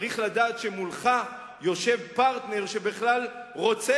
צריך לדעת שמולך יושב פרטנר שבכלל רוצה